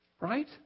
Right